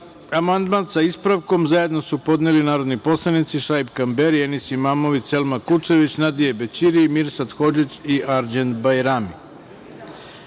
amandman, sa ispravkom, zajedno su podneli narodni poslanici Šaip Kamberi, Enis Imamović, Selma Kučević, Nadije Bećiri i Mirsad Hodžić i Arđend Bajrami. Primili